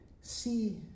See